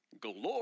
Glory